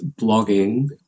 blogging